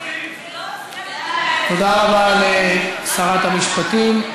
תודה רבה לשרת המשפטים.